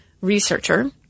researcher